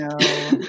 no